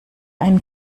einen